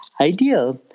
idea